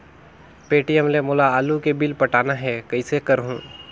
Paytm ले मोला आलू के बिल पटाना हे, कइसे करहुँ?